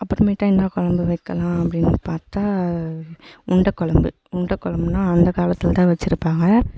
அப்புறமேட்டா என்ன கொழம்பு வைக்கலாம் அப்படின்னு பார்த்தா உருண்டக் கொலம்பு உருண்டக் கொழம்புனா அந்த காலத்தில் தான் வைச்சிருப்பாங்க